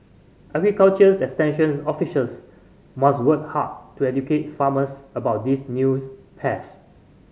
agriculture's extension officers must work hard to educate farmers about these news pest